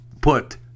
put